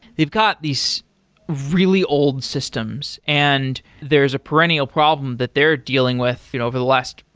they've got these really old systems and there's a perennial problem that they're dealing with you know over the last,